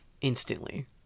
instantly